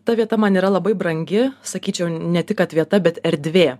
ta vieta man yra labai brangi sakyčiau ne tik kad vieta bet erdvė